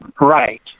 Right